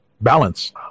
Balance